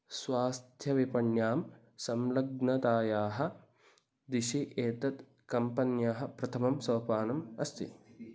स्वास्थ्यविपण्यां संलग्नतायाः दिशि एतत् कम्पन्यः प्रथमं सोपानम् अस्ति